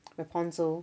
rapunzel